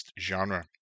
genre